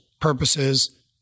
purposes